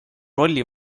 rolli